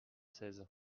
seize